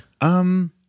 Um-